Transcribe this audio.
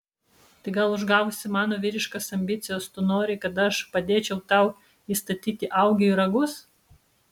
tai gal užgavusi mano vyriškas ambicijas tu nori kad aš padėčiau tau įstatyti augiui ragus